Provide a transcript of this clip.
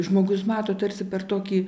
žmogus mato tarsi per tokį